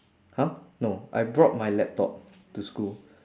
!huh! no I brought my laptop to school